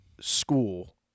school